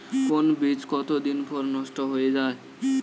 কোন বীজ কতদিন পর নষ্ট হয়ে য়ায়?